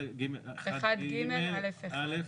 1ג(א)(1).